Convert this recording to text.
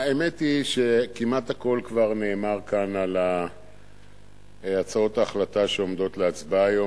האמת היא שכמעט הכול כבר נאמר כאן על הצעות ההחלטה שעומדות להצבעה היום,